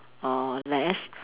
or less